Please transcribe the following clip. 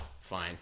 Fine